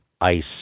ice